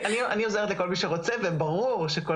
אז אני עוזרת לכל מי שרוצה וברור שכל